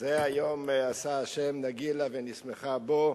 זה היום עשה ה' נגילה ונשמחה בו.